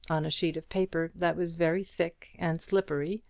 on a sheet of paper that was very thick and slippery,